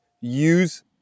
use